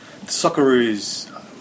Socceroos